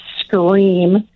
scream